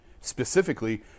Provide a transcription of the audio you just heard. specifically